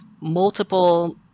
multiple